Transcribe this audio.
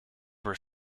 were